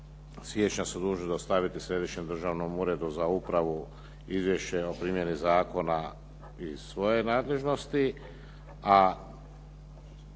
siječnja su dužni dostaviti Središnjem državnom uredu za upravu izvješće o primjeni zakona iz svoje nadležnosti.